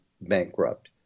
bankrupt